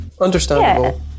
understandable